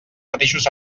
mateixos